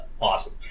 awesome